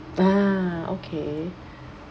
ah okay